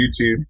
YouTube